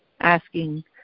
asking